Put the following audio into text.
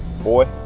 Boy